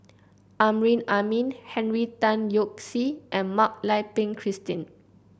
Amrin Amin Henry Tan Yoke See and Mak Lai Peng Christine